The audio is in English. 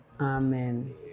Amen